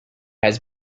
have